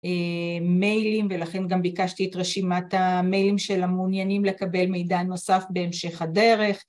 מיילים ולכן גם ביקשתי את רשימת המיילים של המעוניינים לקבל מידע נוסף בהמשך הדרך.